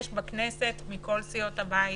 יש בכנסת מכל סיעות הבית